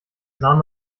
sah